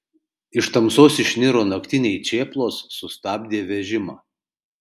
iš tamsos išniro naktiniai čėplos sustabdė vežimą